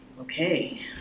okay